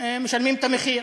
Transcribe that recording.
משלמים את המחיר.